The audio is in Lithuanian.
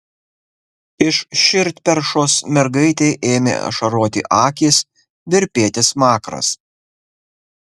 iš širdperšos mergaitei ėmė ašaroti akys virpėti smakras